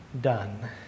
done